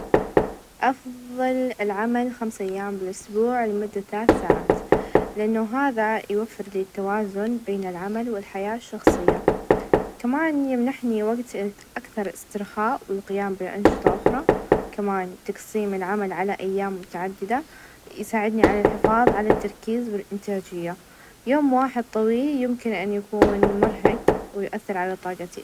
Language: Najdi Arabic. أفظل العمل خمس أيام بالأسبوع لمدة ثلاث ساعات؛ لإنه هذا يوفر لي التوازن بين العمل، والحياة الشخصية، كمان يمنحني وقت أكثر استرخاء، والقيام بأنشطة أخرى، كمان تقسيم العمل على أيام متعددة يساعدني على الحفاظ على التركيز، والإنتاجية، يوم واحد طويل يمكن أن يكون مرهق، ويؤثر على طاقتي.